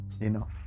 enough